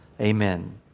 Amen